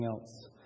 else